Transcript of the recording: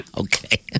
Okay